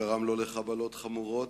וגרם לו חבלות חמורות,